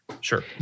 Sure